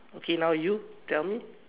okay now you tell me